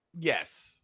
Yes